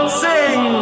sing